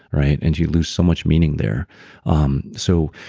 right? and you lose so much meaning there um so,